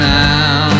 now